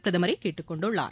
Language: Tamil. பிரதமரை கேட்டுக்கொண்டுள்ளார்